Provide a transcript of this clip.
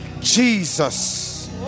Jesus